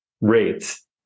rates